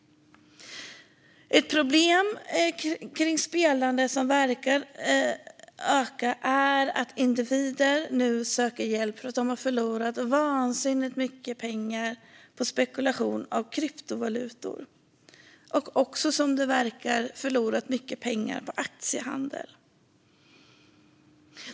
Ett problem kring spelande som verkar öka är att individer nu söker hjälp för att de har förlorat vansinnigt mycket pengar på spekulation av kryptovalutor och även, som det verkar, förlorat mycket pengar på aktiehandel.